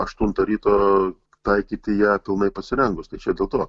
aštuntą ryto taikyti ją pilnai pasirengus tai čia dėl to